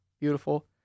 Beautiful